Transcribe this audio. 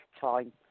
time